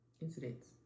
incidents